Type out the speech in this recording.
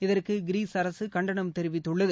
இதற்கு கிரீஸ் அரசு கண்டனம் தெரிவித்துள்ளது